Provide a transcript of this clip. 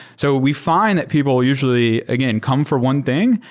so we find that people usually again, come for one thing,